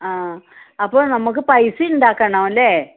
ആ അപ്പോള് നമുക്ക് പൈസ ഉണ്ടാക്കണം അല്ലേ